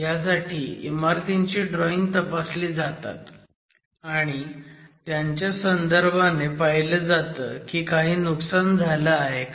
ह्यासाठी इमारतींची ड्रॉईंग तपासली जातात आणि त्याच्या संदर्भाने पाहिलं जातं की काही नुकसान झालं आहे का